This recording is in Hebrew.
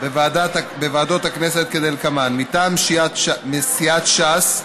בוועדות הכנסת, כדלקמן: מטעם סיעת ש"ס,